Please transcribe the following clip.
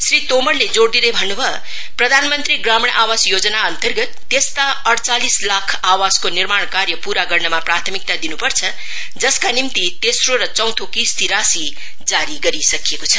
श्री तोमरले जोड़ दिँदै भन्नुभयो प्रधानमंत्री ग्रामीण आवास योजनाअन्तर्गत त्यस्ता अइचालिस लाख आवासको निर्माणकार्य पूरा गर्नमा प्राथमिकता दिनुपर्छ जसका निम्ति तेस्रो र चौथो किस्ती राशि जारी गरिसकिएको छ